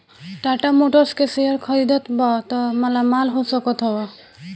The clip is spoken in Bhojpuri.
टाटा मोटर्स के शेयर खरीदबअ त मालामाल हो सकत हवअ